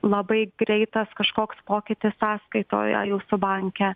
labai greitas kažkoks pokytis sąskaitoj ar jūsų banke